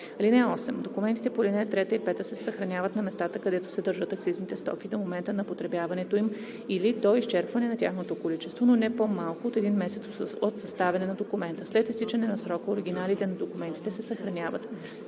лица. (8) Документите по ал. 3 и 5 се съхраняват на местата, където се държат акцизните стоки до момента на потребяването им или до изчерпване на тяхното количество, но не по-малко от един месец от съставяне на документа. След изтичане на срока оригиналите на документите се съхраняват